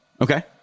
Okay